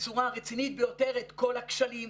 בצורה רצינית ביותר את כל הכשלים,